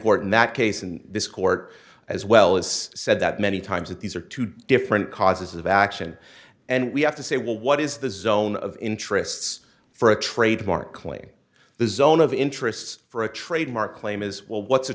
court in that case and this court as well as said that many times that these are two different causes of action and we have to say well what is the zone of interests for a trademark claiming the zone of interests for a trademark claim as well what's